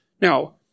Now